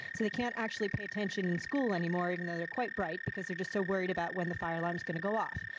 so they can't actually pay attention in school anymore even though they're quite bright because they're so worried about when the fire alarm is going to go off.